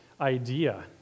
idea